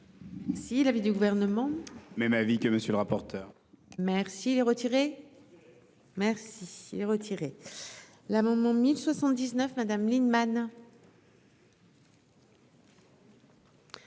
Si l'avis du gouvernement, même avis que monsieur le rapporteur, merci les retirer, merci les retirer l'amendement 1079 Madame Lienemann.